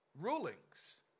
rulings